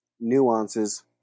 Nuances